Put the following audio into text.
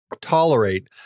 tolerate